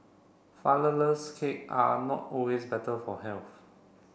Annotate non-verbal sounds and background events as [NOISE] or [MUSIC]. [UNINTELLIGIBLE] cake are not always better for health